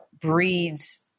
breeds